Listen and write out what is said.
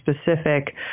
specific